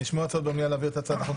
נשמעו הצעות במליאה להעביר את ההצעה גם